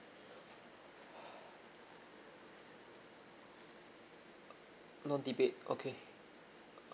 no debate okay